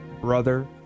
brother